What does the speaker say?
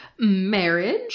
marriage